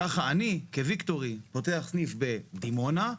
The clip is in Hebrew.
כך אני, כ"ויקטורי", פותח סניף בדימונה.